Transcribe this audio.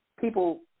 people